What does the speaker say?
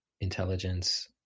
intelligence